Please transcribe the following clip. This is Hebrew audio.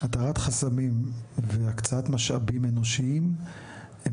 שהתרת חסמים והקצאת משאבים אנושיים הם